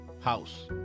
house